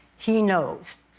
he knows.